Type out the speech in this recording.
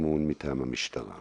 כן, בשני משפטים.